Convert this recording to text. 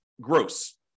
gross